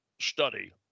study